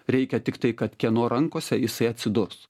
reikia tiktai kad kieno rankose jisai atsidurs